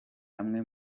amwe